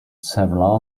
several